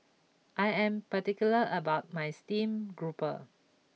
I am particular about my steamed grouper